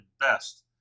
best